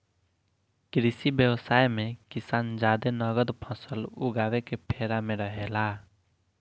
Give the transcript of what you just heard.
कृषि व्यवसाय मे किसान जादे नगद फसल उगावे के फेरा में रहेला